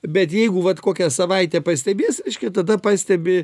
bet jeigu vat kokią savaitę pastebės tada pastebi